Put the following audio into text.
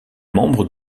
membres